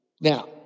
Now